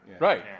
right